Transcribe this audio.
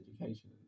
education